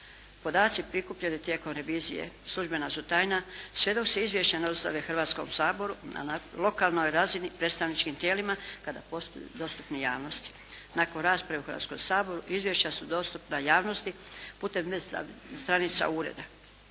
Podaci prikupljeni tijekom revizije službena su tajna sve dok se izvješća ne dostave Hrvatskom saboru a na lokalnoj razini predstavničkim tijelima kada postaju dostupni javnosti. Nakon rasprave u Hrvatskom saboru izvješća su dostupna javnosti putem stranica Ureda.